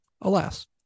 alas